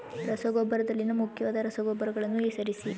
ರಸಗೊಬ್ಬರದಲ್ಲಿನ ಮುಖ್ಯವಾದ ರಸಗೊಬ್ಬರಗಳನ್ನು ಹೆಸರಿಸಿ?